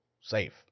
safe